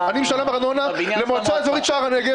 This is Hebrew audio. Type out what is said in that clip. אני משלם ארנונה למועצה אזורית שער הנגב,